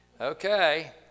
Okay